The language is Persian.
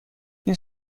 این